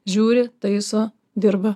žiūri taiso dirba